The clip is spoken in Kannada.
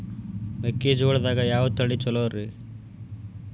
ಮೆಕ್ಕಿಜೋಳದಾಗ ಯಾವ ತಳಿ ಛಲೋರಿ?